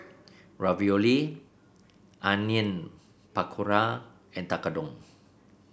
Ravioli Onion Pakora and Tekkadon